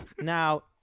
Now